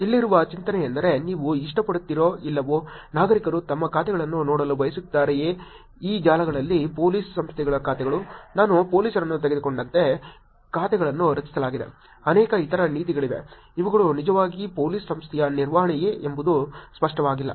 ಇಲ್ಲಿರುವ ಚಿಂತನೆಯೆಂದರೆ ನೀವು ಇಷ್ಟಪಡುತ್ತೀರೋ ಇಲ್ಲವೋ ನಾಗರಿಕರು ತಮ್ಮ ಖಾತೆಗಳನ್ನು ನೋಡಲು ಬಯಸುತ್ತಾರೆಯೇ ಈ ಜಾಲಗಳಲ್ಲಿ ಪೊಲೀಸ್ ಸಂಸ್ಥೆಯ ಖಾತೆಗಳು ನಾನು ಪೊಲೀಸರನ್ನು ತೆಗೆದುಕೊಂಡಂತೆ ಖಾತೆಗಳನ್ನು ರಚಿಸಲಾಗಿದೆ ಅನೇಕ ಇತರ ನೀತಿಗಳಿವೆ ಇವುಗಳು ನಿಜವಾಗಿ ಪೋಲೀಸ್ ಸಂಸ್ಥೆಯ ನಿರ್ವಹಣೆಯೇ ಎಂಬುದು ಸ್ಪಷ್ಟವಾಗಿಲ್ಲ